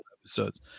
episodes